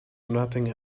nothing